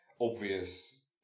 obvious